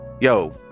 yo